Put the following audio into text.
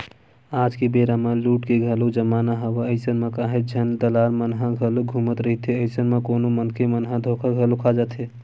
आज के बेरा म लूट के घलोक जमाना हवय अइसन म काहेच झन दलाल मन ह घलोक घूमत रहिथे, अइसन म कोनो मनखे मन ह धोखा घलो खा जाथे